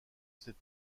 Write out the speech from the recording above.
cette